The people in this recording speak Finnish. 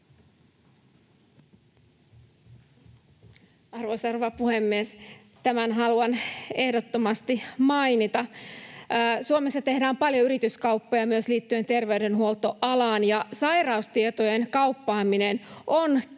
Arvoisa rouva puhemies! Tämän haluan ehdottomasti mainita: Suomessa tehdään paljon yrityskauppoja myös liittyen terveydenhuoltoalaan. Sairaustietojen kauppaaminen on kielletty,